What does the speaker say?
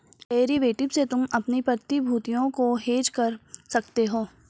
derivative से तुम अपनी प्रतिभूतियों को हेज कर सकते हो